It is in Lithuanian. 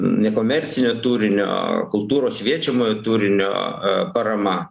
nekomercinio turinio kultūros šviečiamojo turinio parama